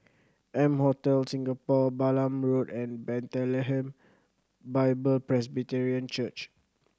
M Hotel Singapore Balam Road and Bethlehem Bible Presbyterian Church